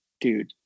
Dude